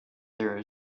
there